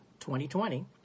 2020